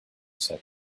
said